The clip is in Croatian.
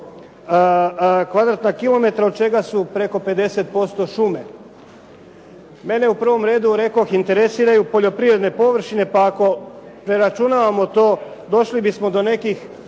kvadratna kilometra od čega su preko 50% šume. Mene u prvom redu, rekoh interesiraju poljoprivredne površine, pa ako preračunavamo to, došli bismo do nekih